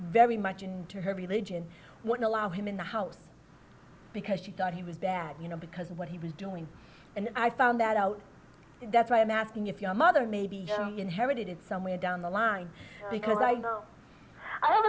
very much into her religion wouldn't allow him in the house because she thought he was bad you know because of what he was doing and i found that out and that's why i'm asking if your mother maybe inherited it somewhere down the line because i go i